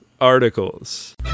articles